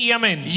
amen